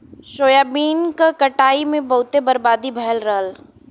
soybean क कटाई में बहुते बर्बादी भयल रहल